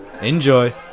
Enjoy